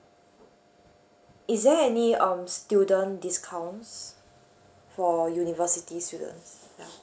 is there any um student discounts for university students ya